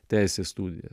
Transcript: teisės studiją